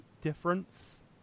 difference